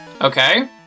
Okay